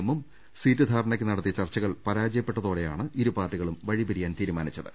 എമ്മും സീറ്റ് ധാരണയ്ക്ക് നടത്തിയ ചർച്ചകൾ പരാജയപ്പെട്ടതോടെയാണ് ഇരു പാർട്ടികളും വഴിപിരിയാൻ തീരുമാനിച്ചത്